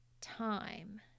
time